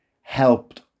helped